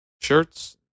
shirts